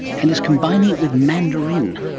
and is combining it with mandarin